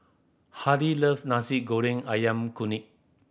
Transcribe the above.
Hardy love Nasi Goreng Ayam Kunyit